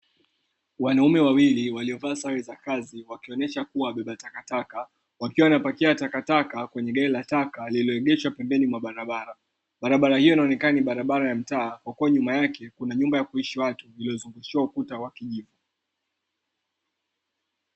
Wanaume wawili waliovaa sare za kazi wakionyesha kuwa wabeba takataka, wakiwa wanapakia takataka kwenye gari la taka lililoegeshwa pembeni mwa barabara. Barabara hiyo inaonekana ni barabara ya mtaa kwa kuwa nyuma yake kuna nyumba ya kuishi watu iliyozungushiwa ukuta wa kijivu.